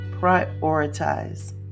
prioritize